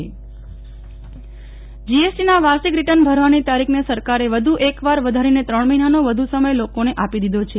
Nehal Thakkar GST મુદત વધી જીએસટીના વાર્ષિક રીટર્ન ભરવાની તારીખને સરકારે વધુ એકવાર વધારીને ત્રણ મહિનાનો વધુ સમય લોકોને આપી દીધો છે